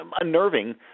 unnerving